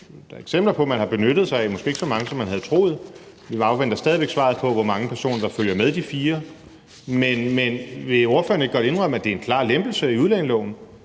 allerede eksempler på, at den er blevet benyttet; måske ikke af så mange, som man havde troet – vi afventer stadig væk svaret på, hvor mange personer der følger med de fire – men vil ordføreren ikke godt indrømme, at det er en klar lempelse i udlændingeloven,